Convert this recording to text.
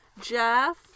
Jeff